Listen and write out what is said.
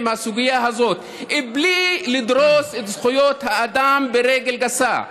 הסוגיה הזאת בלי לדרוס את זכויות האדם ברגל גסה,